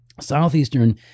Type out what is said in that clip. Southeastern